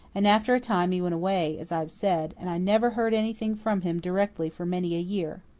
and after a time he went away, as i have said, and i never heard anything from him directly for many a year.